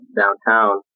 downtown